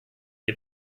wir